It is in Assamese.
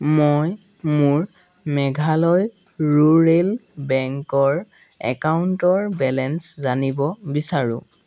মই মোৰ মেঘালয় ৰুৰেল বেংকৰ একাউণ্টৰ বেলেঞ্চ জানিব বিচাৰোঁ